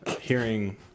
hearing